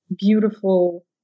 beautiful